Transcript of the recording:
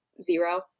zero